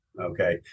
Okay